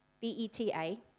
B-E-T-A